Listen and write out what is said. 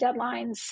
deadlines